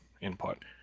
input